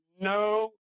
no